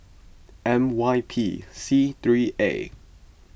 M Y P C three A